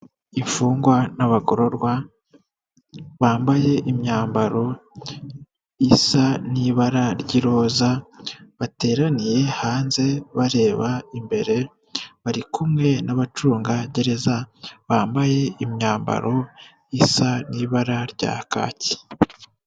Imfungwa n'abagororwa bambaye imyambaro isa n'ibara ry'iroza, bateraniye hanze bareba imbere bari kumwe n'abacungagereza bambaye imyambaro isa n'ibara rya kaki